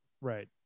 Right